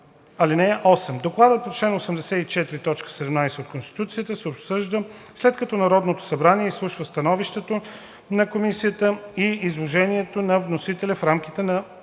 (8) Докладът по чл. 84, т. 17 от Конституцията се обсъжда, след като Народното събрание изслуша становището на комисията и изложението на вносителя в рамките на